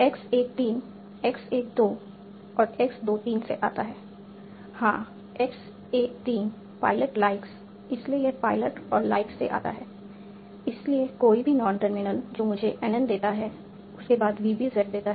X 1 3 x 1 2 और x 2 3 से आता है हां x 1 3 पायलट लाइक्स इसलिए यह पायलट और लाइक्स से आता है इसलिए कोई भी नॉन टर्मिनल जो मुझे NN देता है उसके बाद VBZ देता है